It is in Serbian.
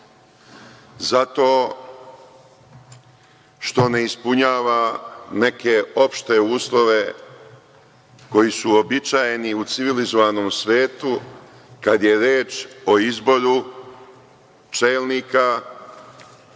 zato što ne ispunjava neke opšte uslove koji su običajni u civilizovanom svetu kada je reč o izboru čelnika